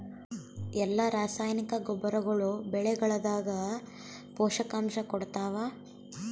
ಎಲ್ಲಾ ರಾಸಾಯನಿಕ ಗೊಬ್ಬರಗೊಳ್ಳು ಬೆಳೆಗಳದಾಗ ಪೋಷಕಾಂಶ ಕೊಡತಾವ?